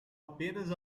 apenas